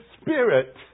spirit